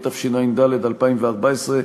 התשע"ד 2014,